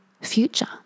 future